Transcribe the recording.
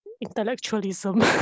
intellectualism